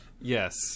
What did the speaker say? Yes